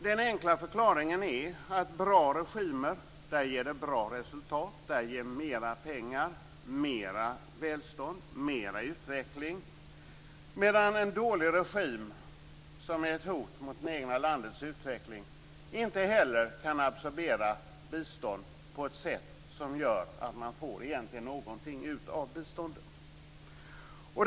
Den enkla förklaringen är att med bra regimer ger det bra resultat, att mer pengar ger mer välstånd och mer utveckling, medan en dålig regim, som är ett hot mot det egna landets utveckling, inte heller kan absorbera bistånd på ett sätt som gör att man egentligen får ut någonting av biståndet.